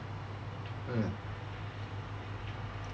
ah